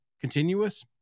continuous